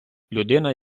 людина